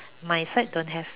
my side don't have